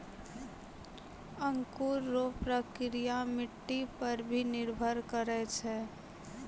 अंकुर रो प्रक्रिया मट्टी पर भी निर्भर करै छै